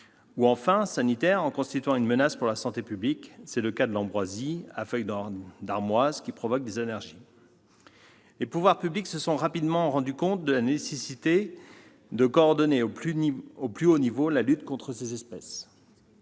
ou sanitaire, avec une menace pour la santé publique, comme c'est le cas de l'ambroisie à feuilles d'armoise, qui provoque des allergies. Les pouvoirs publics se sont rapidement rendu compte de la nécessité de coordonner au plus haut niveau la lutte contre ces espèces.